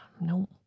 no